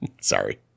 Sorry